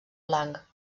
blanc